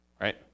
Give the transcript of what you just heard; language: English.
Right